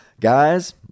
Guys